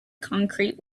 concrete